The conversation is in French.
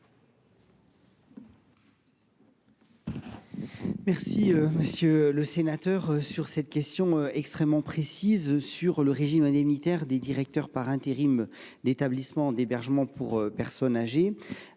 je vous remercie de cette question extrêmement précise sur le régime indemnitaire des directeurs par intérim d’établissements d’hébergement pour personnes âgées